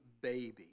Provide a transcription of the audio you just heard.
baby